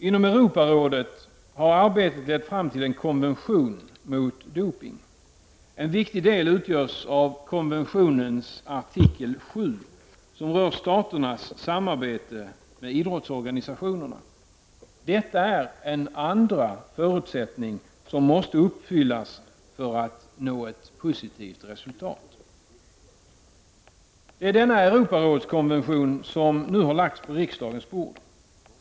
Inom Europarådet har arbetet lett fram till en konvention mot dopning. En viktig del utgörs av konventionens artikel nr 7 som rör staternas samarbete med idrottsorganisationerna. Detta är en andra förutsättning som måste uppfyllas för att nå ett positivt resultat. Det är denna Europarådskonvention som nu har lagts på riksdagens bord.